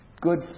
Good